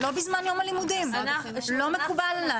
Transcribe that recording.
לא מקובל עליי.